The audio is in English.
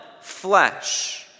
flesh